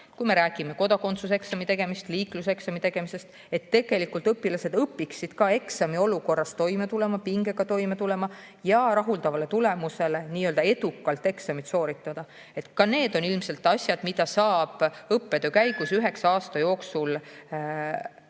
kui me räägime kodakondsuseksami tegemisest, liikluseksami tegemisest, sellest, et õpilased õpiksid ka eksamiolukorras toime tulema, pingega toime tulema ja rahuldava tulemusega edukalt eksami sooritama. Ka need on ilmselt asjad, mida saab õppetöö käigus üheksa aasta jooksul